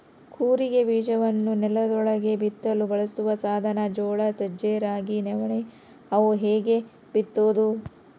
ಕೂರಿಗೆ ಬೀಜವನ್ನು ನೆಲದೊಳಗೆ ಬಿತ್ತಲು ಬಳಸುವ ಸಾಧನ ಜೋಳ ಸಜ್ಜೆ ರಾಗಿ ನವಣೆ ಅವು ಹೀಗೇ ಬಿತ್ತೋದು